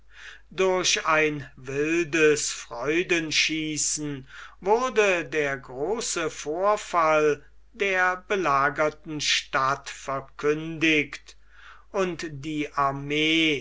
durch ein wildes freudenschießen wurde der große vorfall der belagerten stadt verkündigt und die armee